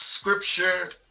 scripture